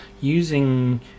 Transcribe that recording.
using